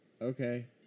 Okay